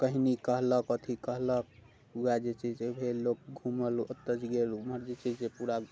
कहि नहि कहलक अथी कहलक उएह जे छै से भेल लोक घूमल ओतय जे गेल ओमहर जे छै से पूरा